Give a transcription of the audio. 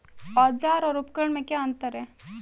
औज़ार और उपकरण में क्या अंतर है?